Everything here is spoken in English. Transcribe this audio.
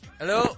hello